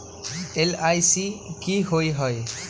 LIC की होअ हई?